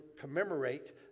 commemorate